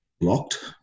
blocked